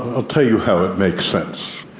i'll tell you how it makes sense,